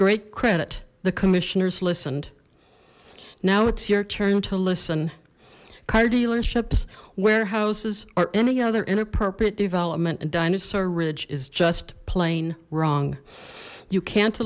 great credit the commissioners listened now it's your turn to listen car dealerships warehouses or any other inappropriate development and dinosaur ridge is just plain wrong you can't